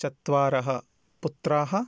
चत्वारः पुत्राः